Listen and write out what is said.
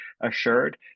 assured